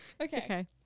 okay